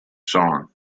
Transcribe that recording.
song